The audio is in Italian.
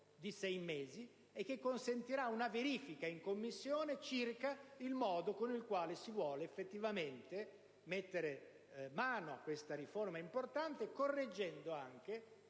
e che consentirà una verifica in Commissione circa il modo con il quale si vuole effettivamente mettere mano a questa riforma importante, correggendo anche